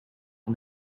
and